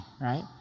Right